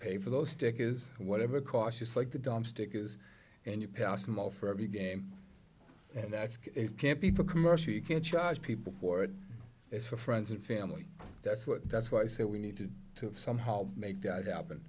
pay for those stickers whatever cost just like the dumb stickers and you pass them off for every game and that's it can't be for commercial you can't charge people for it it's for friends and family that's what that's why i say we need to somehow make that happen